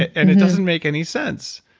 and it doesn't make any sense.